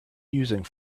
using